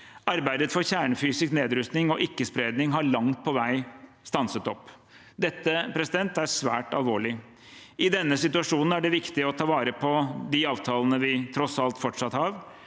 Arbeidet for kjernefysisk nedrustning og ikke-spredning har langt på vei stanset opp. Det er svært alvorlig. I denne situasjonen er det viktig å ta vare på de avtalene vi tross alt